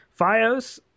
Fios